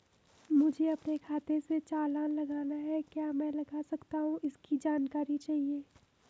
मुझे अपने खाते से चालान लगाना है क्या मैं लगा सकता हूँ इसकी जानकारी चाहिए?